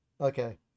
Okay